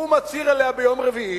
הוא מצהיר עליה ביום רביעי,